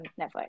netflix